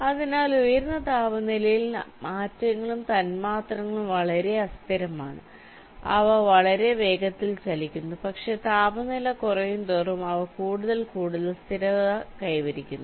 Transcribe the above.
അതിനാൽ ഉയർന്ന താപനിലയിൽ ആറ്റങ്ങളും തന്മാത്രകളും വളരെ അസ്ഥിരമാണ് അവ വളരെ വേഗത്തിൽ ചലിക്കുന്നു പക്ഷേ താപനില കുറയുന്തോറും അവ കൂടുതൽ കൂടുതൽ സ്ഥിരത കൈവരിക്കുന്നു